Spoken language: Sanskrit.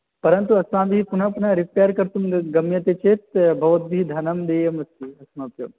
परन्तु अस्माभिः पुनः पुनः रिपेर् कर्तुं गम्यते चेत् भवद्भिः धनं देयम् अस्ति अस्मभ्यं